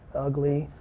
ugly,